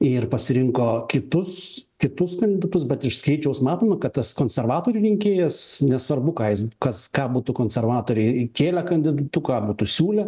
ir pasirinko kitus kitus kandidatus bet iš skaičiaus matome kad tas konservatorių rinkėjas nesvarbu ką jis kas ką būtų konservatoriai kėlę kandidatu ką būtų siūlę